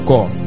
God